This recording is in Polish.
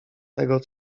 tego